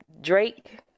Drake